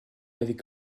avec